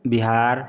Bihar